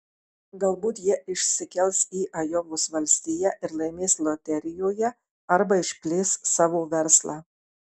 galbūt jie išsikels į ajovos valstiją ir laimės loterijoje arba išplės savo verslą